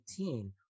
18